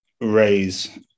raise